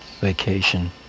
vacation